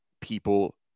people